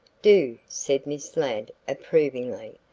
do, said miss ladd approvingly.